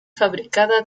fabricada